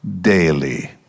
daily